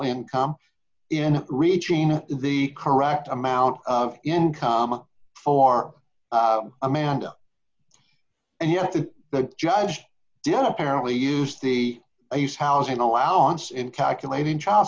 income in reaching the correct amount of income for amanda and yet the judge apparently used the housing allowance in calculating child